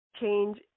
change